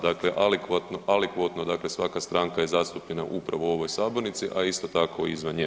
Dakle, alikvotno dakle svaka stranka je zastupljena upravo u ovoj sabornici, a isto tako izvan nje.